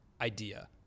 idea